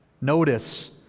notice